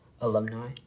alumni